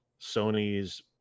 sony's